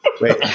wait